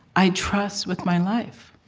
i trust with my life,